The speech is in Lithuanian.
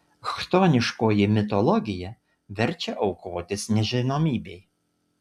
chtoniškoji mitologija verčia aukotis nežinomybei